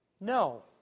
No